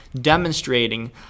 demonstrating